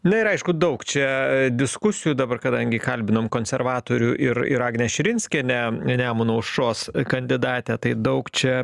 na ir aišku daug čia diskusijų dabar kadangi kalbinom konservatorių ir ir agnę širinskienę nemuno aušros kandidatę tai daug čia